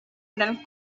gran